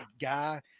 guy